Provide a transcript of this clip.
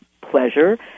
pleasure